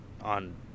on